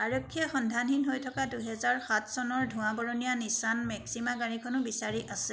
আৰক্ষীয়ে সন্ধানহীন হৈ থকা দুহেজাৰ সাত চনৰ ধোঁৱা বৰণীয়া নিছান মেক্সিমা গাড়ীখনো বিচাৰি আছে